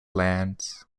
lands